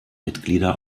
mitglieder